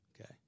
okay